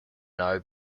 now